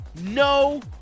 no